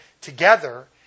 together